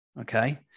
okay